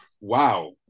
Wow